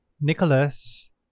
Nicholas